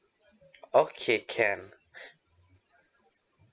okay can